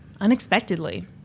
Unexpectedly